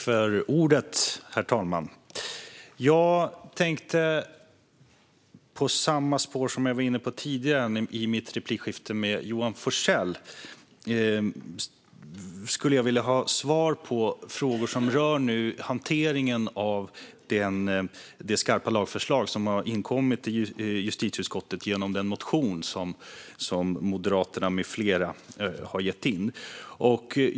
Herr talman! Jag tänkte slå in på samma spår som jag var inne på tidigare i mitt replikskifte med Johan Forssell. Jag skulle vilja ha svar på frågor som rör hanteringen av det skarpa lagförslag som har inkommit i justitieutskottet genom den motion som Moderaterna med flera har väckt.